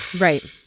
right